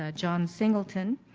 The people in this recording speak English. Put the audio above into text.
ah john singleton,